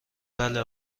بله